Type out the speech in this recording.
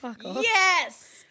Yes